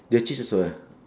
the cheese also ya